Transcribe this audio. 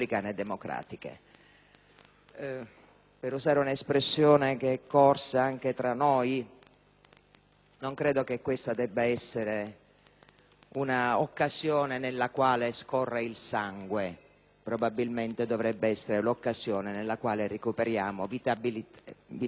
Per usare un'espressione corsa anche tra noi, non credo che questa debba essere una occasione nella quale scorre il sangue. Probabilmente dovrebbe essere l'occasione nella quale recuperiamo vitalità, credibilità